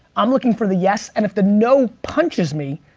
i'm looking for the yes and if the no punches me,